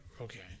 okay